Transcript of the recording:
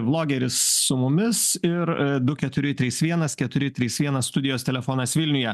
vlogeris su mumis ir du keturi trys vienas keturi trys vienas studijos telefonas vilniuje